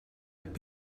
app